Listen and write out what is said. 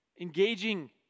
engaging